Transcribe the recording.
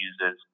uses